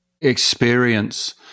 experience